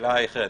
השאלה היא אחרת,